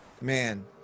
man